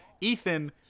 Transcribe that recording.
Ethan